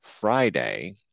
Friday